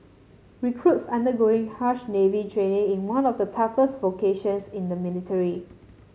recruits undergoing harsh Navy training in one of the toughest vocations in the military